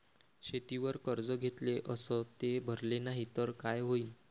शेतीवर कर्ज घेतले अस ते भरले नाही तर काय होईन?